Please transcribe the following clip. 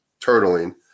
turtling